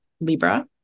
Libra